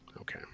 Okay